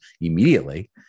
immediately